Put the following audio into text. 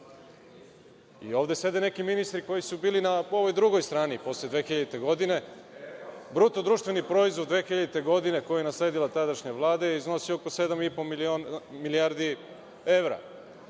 Ovde sede neki ministri koji su bili na ovoj drugoj strani, posle 2000. godine. Bruto društveni proizvod 2000. godine, koji je nasledila tadašnja Vlada, iznosio je oko 7,5 milijardi evra.